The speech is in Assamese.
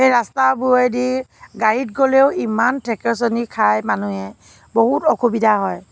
সেই ৰাস্তাবোৰেদি গাড়ীত গ'লেও ইমান থেকেচনি খাই মানুহে বহুত অসুবিধা হয়